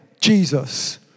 Jesus